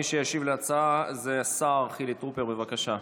מי שישיב על ההצעה הוא השר חילי טרופר, בבקשה.